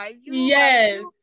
Yes